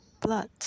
blood